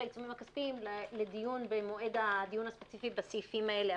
העיצומים הכספיים לדיון במועד הספציפי לסעיפים האלה.